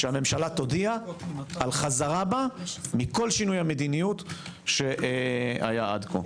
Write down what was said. שהממשלה תודיע על חזרה בה מכל שינוי המדיניות שהיה עד כה.